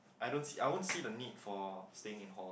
I don't see I won't see the need for staying in hall